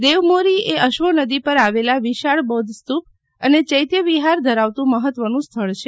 દેવ મોરી એ અશ્વો નદી પર આવેલા વિશાળ બોદ્ધ સ્તૂપ અને ચેત્ત્યવિફાર ધરાવતું મફત્વ સ્થળ છે